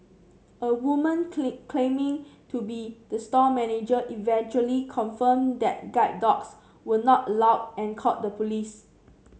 a woman claiming to be the store manager eventually confirmed that guide dogs were not allowed and called the police